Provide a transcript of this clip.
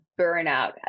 burnout